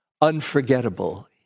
unforgettable